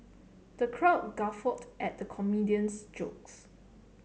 the crowd guffawed at the comedian's jokes